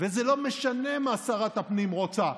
וזה לא משנה מה שרת הפנים רוצה.